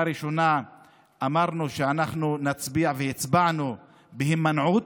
ראשונה שאנחנו נצביע והצבענו בהימנעות,